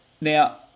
Now